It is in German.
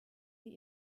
sie